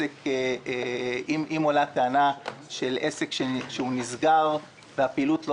אם הועלתה טענה של עסק שנסגר והפעילות לא